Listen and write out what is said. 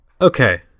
Okay